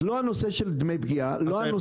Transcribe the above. לא הנושא של דמי פגיעה ולא זה.